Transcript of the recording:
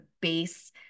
base